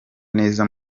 neza